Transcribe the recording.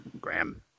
Graham